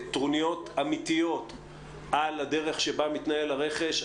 יש טרוניות אמתיות על הדרך שבה מתנהל הרכש.